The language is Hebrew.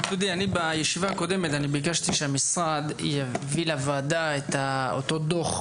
בישיבה הקודמת ביקשתי שהמשרד יביא לוועדה את אותו דו"ח,